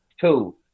two